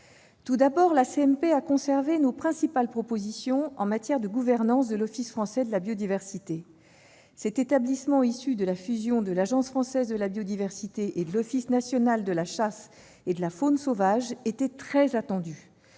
Tout d'abord, la CMP a conservé nos principales propositions en matière de gouvernance de l'Office français de la biodiversité. Cet établissement issu de la fusion de l'Agence française pour la biodiversité et de l'Office national de la chasse et de la faune sauvage était très attendu.